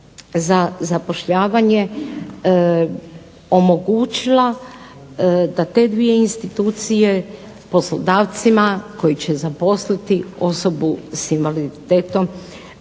za zapošljavanje omogućila da te dvije institucije poslodavcima koji će zaposliti osobu sa invaliditetom